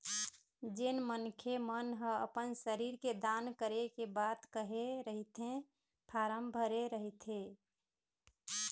जेन मनखे मन ह अपन शरीर के दान करे के बात कहे रहिथे फारम भरे रहिथे